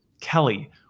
Kelly